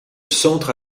centre